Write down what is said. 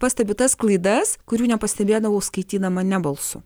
pastebiu tas klaidas kurių nepastebėdavau skaitydama ne balsu